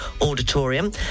auditorium